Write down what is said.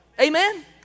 Amen